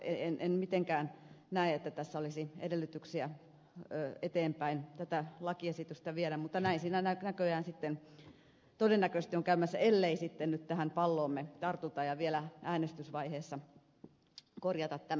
en mitenkään näe että tässä olisi edellytyksiä viedä eteenpäin tätä lakiesitystä mutta näin siinä näköjään todennäköisesti on käymässä ellei nyt sitten tähän palloomme tartuta ja vielä äänestysvaiheessa korjata tämä